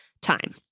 time